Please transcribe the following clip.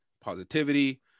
positivity